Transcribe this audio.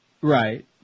Right